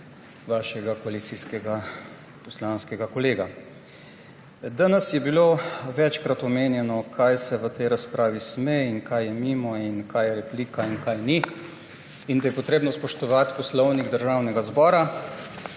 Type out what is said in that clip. vašega koalicijskega poslanskega kolega. Danes je bilo večkrat omenjeno, kaj se v tej razpravi sme in kaj je mimo in kaj je replika in kaj ni, in da je treba spoštovati Poslovnik Državnega zbora.